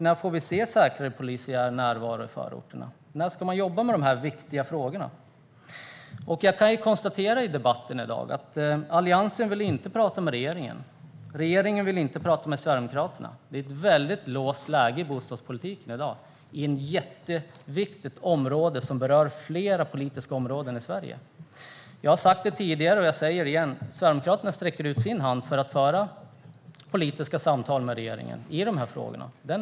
När får vi se säkrare polisiär närvaro i förorterna? När ska man jobba med dessa viktiga frågor? Utifrån dagens debatt kan jag konstatera att Alliansen inte vill prata med regeringen och att regeringen inte vill prata med Sverigedemokraterna. Läget i bostadspolitiken är väldigt låst. Detta är jätteviktigt och något som berör flera politiska områden. Jag har sagt det tidigare, och jag säger det igen: Sverigedemokraterna sträcker ut sin hand för att föra politiska samtal med regeringen om detta.